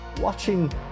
watching